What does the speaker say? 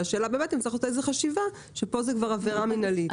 והשאלה באמת אם צריך לתת איזו חשיבה שכאן זו כבר עבירה מינהלית.